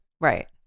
Right